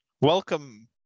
Welcome